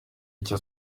icyo